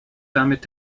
damit